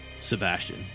Sebastian